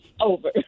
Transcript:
Over